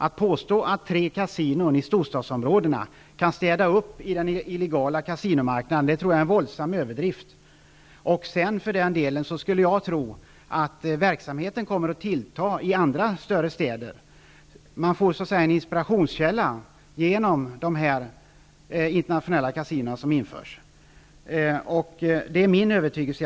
Att påstå att tre kasinon i storstadsområdena kan städa upp på den illegala kasinomarknaden tror jag är en våldsam överdrift. Dessutom tror jag att verksamheten skulle tillta i andra större städer. Man får en inspirationskälla i de internationella kasinon som införs. Det är åtminstone min övertygelse.